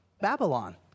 Babylon